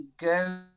go